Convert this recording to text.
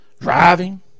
Driving